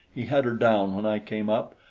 he had her down when i came up,